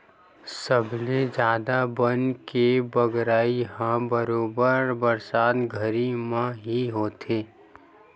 सबले जादा बन के बगरई ह बरोबर बरसात घरी म ही होथे